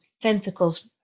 tentacles